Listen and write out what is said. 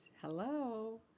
Hello